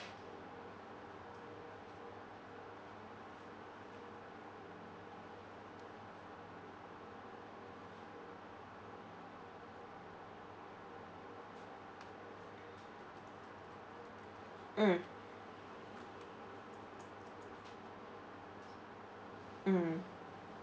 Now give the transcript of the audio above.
mm mm